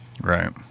Right